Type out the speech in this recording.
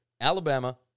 Alabama